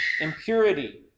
impurity